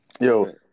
Yo